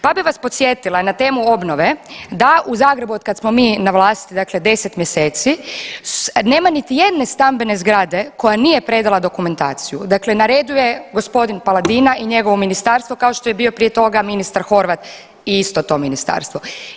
Pa bi vas podsjetila na temu obnove da u Zagrebu od kad smo mi na vlasti, dakle 10 mjeseci nema niti jedne stambene zgrade koja nije predala dokumentaciju, dakle na redu je gospodin Paladina i njegovo ministarstvo kao što je bio prije toga ministar Horvat i isto to ministarstvo.